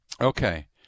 Okay